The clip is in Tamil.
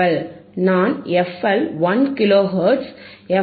நான் fL 1கிலோ ஹெர்ட்ஸ் எஃப்